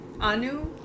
Anu